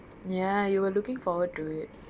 ya you were looking forward to it